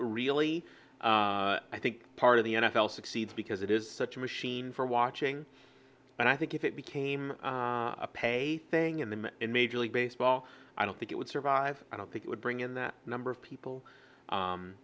really i think part of the n f l succeeds because it is such a machine for watching and i think if it became a pay thing and the major league baseball i don't think it would survive i don't think it would bring in that number of people